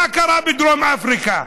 מה קרה בדרום אפריקה?